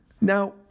Now